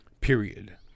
period